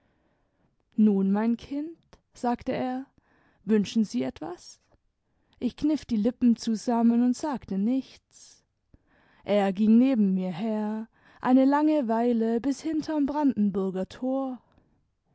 nun mein kind sagte er wünschen sie etwas ich kniff die lippen zusammen und sagte nichts er ging neben mir her eine lange weile bis hinterm brandenburger tor